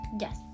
yes